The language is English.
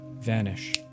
vanish